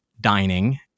dining